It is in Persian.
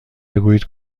بگویید